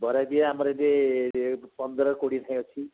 ବରା ଦିଏ ଆମର ଯିଏ ଏବେ ପନ୍ଦର କୋଡ଼ିଏ ଯାଏଁ ଅଛି